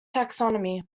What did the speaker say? taxonomy